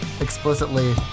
explicitly